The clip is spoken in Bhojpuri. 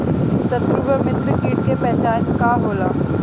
सत्रु व मित्र कीट के पहचान का होला?